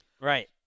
Right